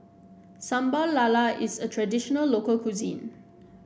Sambal Lala is a traditional local cuisine